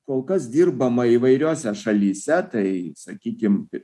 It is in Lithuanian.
kol kas dirbama įvairiose šalyse tai sakykim